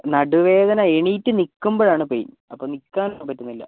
നടുവേദന എണീറ്റ് നിൽക്കുമ്പോഴാണ് പേയിൻ അപ്പം നിൽക്കാൻ പറ്റുന്നില്ല